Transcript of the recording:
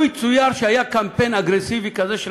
לו יצויר שהיה קמפיין אגרסיבי כזה של